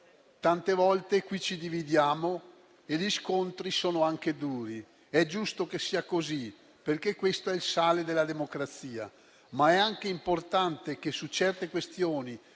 Tante volte qui ci dividiamo e gli scontri sono anche duri: è giusto che sia così, perché questo è il sale della democrazia. È anche importante però che su certe questioni,